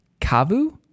Kavu